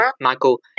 Michael